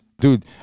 dude